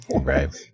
Right